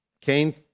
Cain